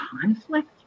conflict